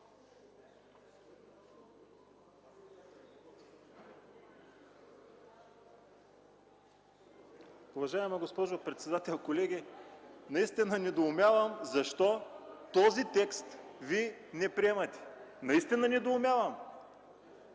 Уважаема госпожо председател, колеги, наистина недоумявам защо този текст Вие не приемете. Наистина недоумявам.